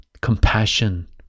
compassion